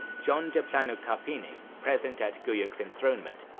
john de plano carpini, present at guyuk's enthronement,